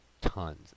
tons